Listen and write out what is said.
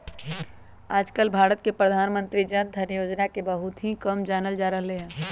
आजकल भारत में प्रधानमंत्री जन धन योजना के बहुत ही कम जानल जा रहले है